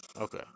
okay